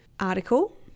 article